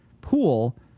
pool